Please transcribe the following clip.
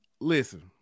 Listen